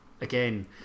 again